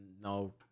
no